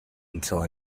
until